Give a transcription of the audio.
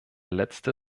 letzte